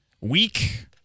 week